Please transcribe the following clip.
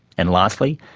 and lastly,